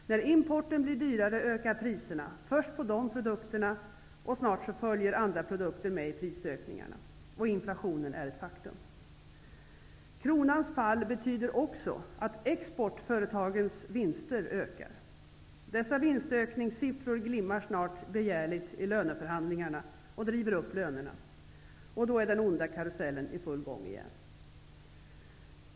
När importen blir dyrare, ökar priserna -- först på dessa produkter, och snart följer andra produkter med i fråga om prisökningarna, och inflationen är då ett faktum. Kronans fall betyder också att exportföretagens vinster ökar. Dessa vinstökningssiffror glimmar snart begärligt i löneförhandlingarna och driver upp lönerna. Då är den onda karusellen i full gång igen.